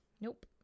Nope